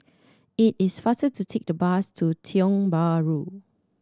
it is faster to take the bus to Tiong Bahru